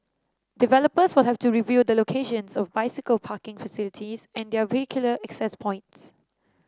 developers will have to review the locations of bicycle parking facilities and their vehicular access points